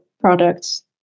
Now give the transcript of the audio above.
products